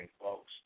folks